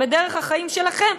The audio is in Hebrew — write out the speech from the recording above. בדרך החיים שלכם,